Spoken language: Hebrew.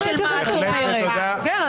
ותודה.